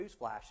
newsflash